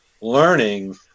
learning